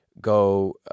go